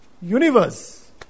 universe